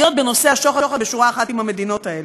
בנושא השוחד בשורה אחת עם המדינות האלה.